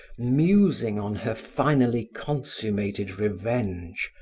musing on her finally consummated revenge,